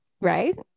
right